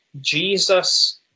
jesus